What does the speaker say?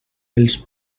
els